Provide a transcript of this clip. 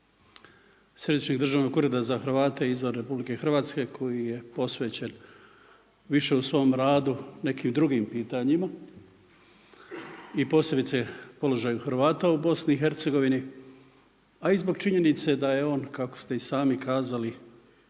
Središnjeg državnog ureda za Hrvate izvan Republike Hrvatske koji je posvećen više u svom radu nekim drugim pitanjima i posebice položaju Hrvata u Bosni i Hercegovini, a i zbog činjenice da je on kako ste i sami kazali